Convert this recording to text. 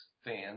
Fans